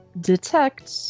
detect